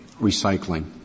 recycling